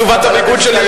אז קצובת הביגוד שלי,